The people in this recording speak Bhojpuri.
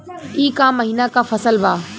ई क महिना क फसल बा?